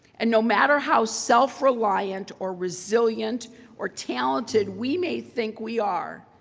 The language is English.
and no matter how self reliant or resilient or talented we may think we are.